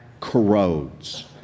corrodes